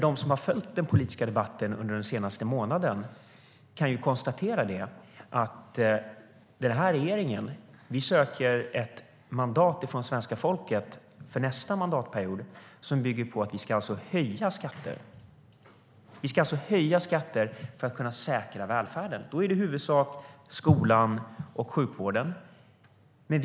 De som har följt den politiska debatten den senaste månaden kan konstatera att den här regeringen söker ett mandat från svenska folket för nästa mandatperiod som bygger på att vi ska höja skatter för att kunna säkra välfärden, i huvudsak skolan och sjukvården.